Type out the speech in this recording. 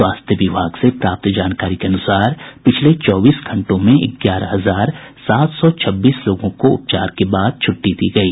स्वास्थ्य विभाग से प्राप्त जानकारी के अनुसार पिछले चौबीस घंटों में ग्यारह हजार सात सौ छब्बीस लोगों को उपचार के बाद छुट्टी दी गयी